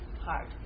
hard